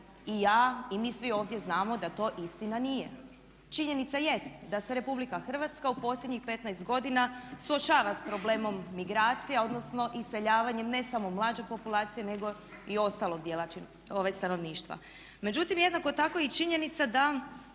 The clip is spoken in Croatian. i ja i mi svi ovdje znamo da to istina nije. Činjenica jest da se Republika Hrvatska u posljednjih 15 godina suočava sa problemom migracija, odnosno iseljavanjem ne samo mlađe populacije, nego i ostalog dijela stanovništva. Međutim, jednako tako je i činjenica da